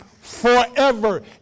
forever